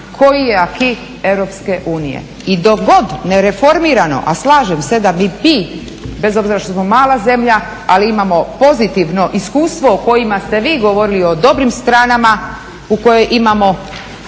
koji je acquis EU. I dok god ne reformirano, a slažem se da mi bi bez obzira što smo mala zemlja, ali imamo pozitivno iskustvo o kojima ste vi govorili o dobrim stranama u kojoj imamo